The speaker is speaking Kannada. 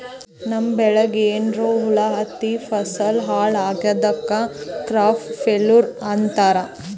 ನಮ್ಮ್ ಬೆಳಿಗ್ ಏನ್ರಾ ಹುಳಾ ಹತ್ತಿ ಫಸಲ್ ಹಾಳ್ ಆಗಾದಕ್ ಕ್ರಾಪ್ ಫೇಲ್ಯೂರ್ ಅಂತಾರ್